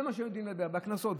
זה מה שיודעים, קנסות.